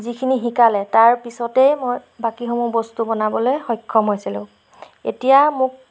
যিখিনি শিকালে তাৰ পিছতেই মই বাকীসমূহ বস্তু বনাবলৈ সক্ষম হৈছিলোঁ এতিয়া মোক